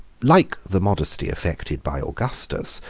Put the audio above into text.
like the modesty affected by augustus,